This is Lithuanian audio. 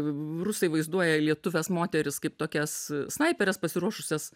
rusai vaizduoja lietuves moteris kaip tokias snaiperes pasiruošusias